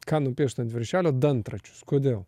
ką nupiešta ant viršelio dantračius kodėl